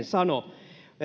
sano